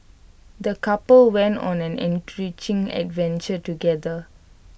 the couple went on an enriching adventure together